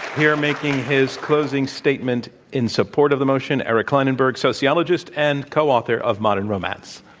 here making his closing statement in support of the motion, eric klinenberg, sociologist and co-author of modern romance.